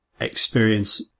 experience